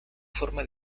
forma